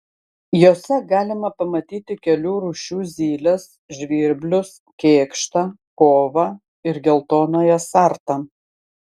jose galima pamatyti kelių rūšių zyles žvirblius kėkštą kovą ir geltonąją sartą